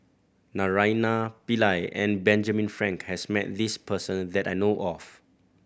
Naraina Pillai and Benjamin Frank has met this person that I know of